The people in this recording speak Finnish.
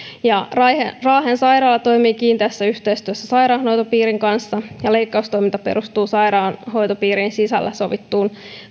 raahen sairaala toimii kiinteässä yhteistyössä sairaanhoitopiirin kanssa ja leikkaustoiminta perustuu sairaanhoitopiirin sisällä sovittuun